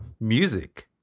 music